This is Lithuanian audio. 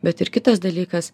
bet ir kitas dalykas